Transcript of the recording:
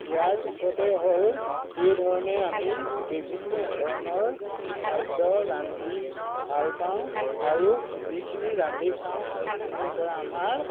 ইয়াৰ পিছতে হ'ল এই ধৰণে আমি বিভিন্ন ধৰণৰ খাদ্য ৰান্ধি ভাল পাওঁ আৰু যিখিনি ৰান্ধি খাওঁ সেইখিনিৰ পৰা আমাৰ